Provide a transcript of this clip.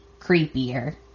creepier